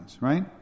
right